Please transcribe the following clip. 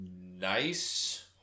Nice